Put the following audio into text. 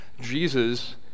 Jesus